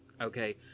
Okay